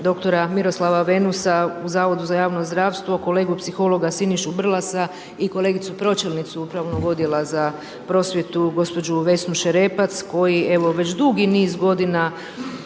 dr. Miroslava Venusa u Zavodu za javno zdravstvo kolegu psihologa Sinišu Brlasa i kolegicu pročelnicu Upravnog odjela za prosvjetu gospođu Vesnu Šerepac koji evo već dugi niz godina